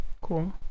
Cool